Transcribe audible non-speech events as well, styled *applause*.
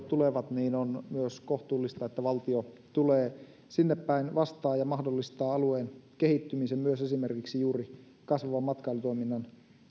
*unintelligible* tulevat niin on myös kohtuullista että valtio tulee sinnepäin vastaan ja mahdollistaa alueen kehittymisen myös esimerkiksi juuri kasvavan matkailutoiminnan